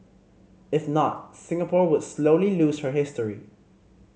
if not Singapore would slowly lose her history